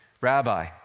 Rabbi